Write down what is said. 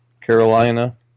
Carolina